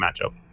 matchup